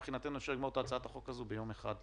מבחינתנו אפשר לגמור את הצעת החוק הזאת ביום אחד,